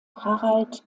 harald